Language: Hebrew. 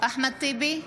אחמד טיבי,